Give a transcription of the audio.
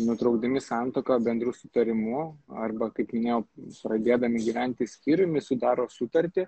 nutraukdami santuoką bendru sutarimu arba kaip minėjau pragėdami gyventi skyriumi sudaro sutartį